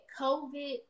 COVID